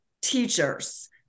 teachers